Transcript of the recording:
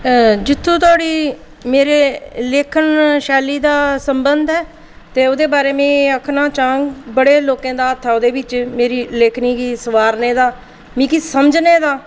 जित्थूं धोड़ी मेरी लेखन शैली दा सम्बंध ऐ ते ओह्दे बारै में एह् आखना चाह्ंग बड़े लोकें दा एह्दे बिच मेरी लेखनी गी संबारने दा मिगी समझने दा